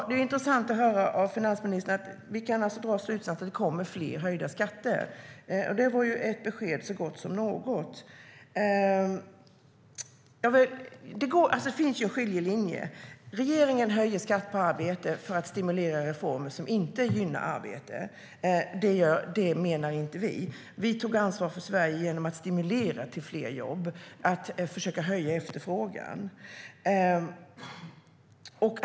Herr talman! Av det finansministern säger kan vi dra slutsatsen att det kommer fler höjda skatter. Det var ett besked så gott som något. Det finns en skiljelinje. Regeringen höjer skatten på arbete för att genomföra reformer som inte gynnar arbete. Vi tog i stället ansvar för Sverige genom att stimulera till fler jobb och försöka höja efterfrågan.